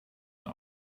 now